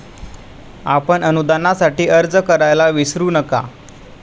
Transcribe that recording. आपण अनुदानासाठी अर्ज करायला विसरू नका